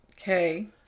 Okay